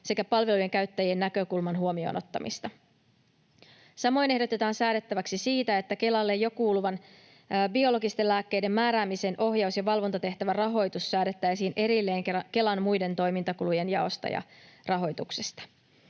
sekä palvelujen käyttäjien näkökulman huomioon ottamista. Samoin ehdotetaan säädettäväksi siitä, että Kelalle jo kuuluvan biologisten lääkkeiden määräämisen ohjaus- ja valvontatehtävän rahoitus säädettäisiin erilleen Kelan muiden toimintakulujen jaosta ja rahoituksesta.